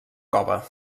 cova